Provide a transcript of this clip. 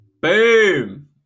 boom